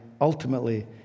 ultimately